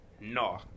No